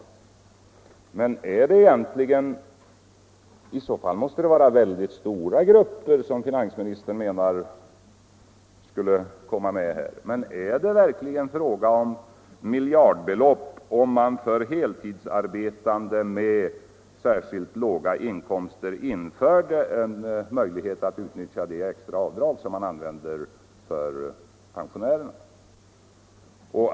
I så fall måste det vara väldigt stora grupper som finansministern menar skulle komma med här. Men är det verkligen fråga om miljardbelopp, om man för heltidsarbetande med särskilt låga inkomster inför en möjlighet att utnyttja det extra avdrag som tillämpas för pensionärerna?